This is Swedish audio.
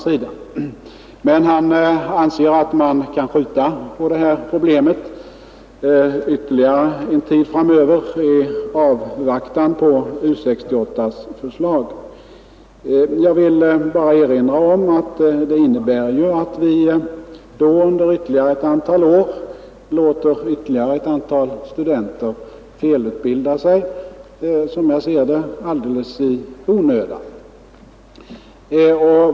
Han anser emellertid att man kan skjuta på problemet ytterligare en tid framöver i avvaktan på förslag från U 68. Jag vill bara erinra om att det innebär att vi då under ytterligare ett antal år låter ytterligare ett antal studenter felutbilda sig — som jag ser det — alldeles i onödan.